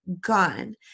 Gone